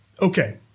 Okay